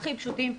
הכי פשוטים,